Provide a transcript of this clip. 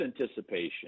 anticipation